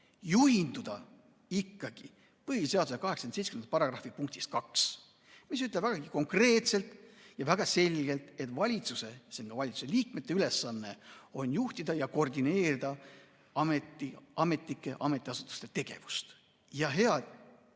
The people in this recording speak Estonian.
juhinduda ikkagi põhiseaduse § 87 punktist 2, mis ütleb vägagi konkreetselt ja väga selgelt, et valitsuse, s.o valitsuse liikmete ülesanne on juhtida ja koordineerida ametnike, ametiasutuste tegevust. Ja head